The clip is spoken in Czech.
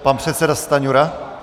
Pan předseda Stanjura?